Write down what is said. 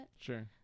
Sure